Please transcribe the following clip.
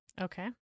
Okay